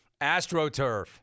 AstroTurf